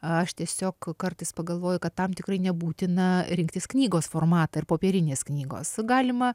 aš tiesiog kartais pagalvoju kad tam tikrai nebūtina rinktis knygos formatą ir popierinės knygos galima